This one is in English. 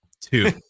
Two